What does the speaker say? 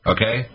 Okay